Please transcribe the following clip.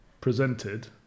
presented